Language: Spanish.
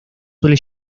suele